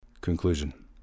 Conclusion